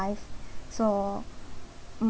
so mm